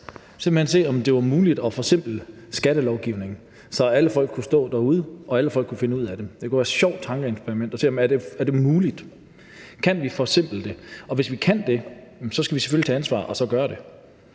Vi skulle se, om det var muligt at forsimple skattelovgivningen, så alle folk kunne stå derude og finde ud af den. Det kunne være et sjovt tankeeksperiment at se, om det er muligt. Kan vi forsimple det? Og hvis vi kan det, skal vi selvfølgelig tage ansvar og gøre det.